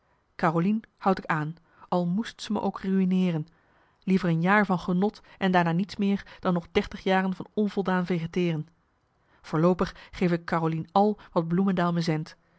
carolien houd ik aan al moest ze me ook ruineeren liever een jaar van genot en daarna niets meer dan nog dertig jaren van onvoldaan vegeteeren voorloopig geef ik carolien al wat bloemendael me